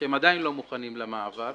שהם עדיין לא מוכנים למעבר.